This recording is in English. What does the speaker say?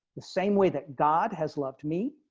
the same way that god has loved me.